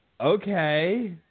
Okay